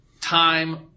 time